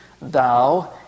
thou